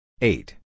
Eight